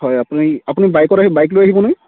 হয় আপুনি আপুনি বাইকত আহিব বাইক লৈ আহিবেনে